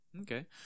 Okay